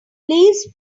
please